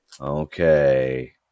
okay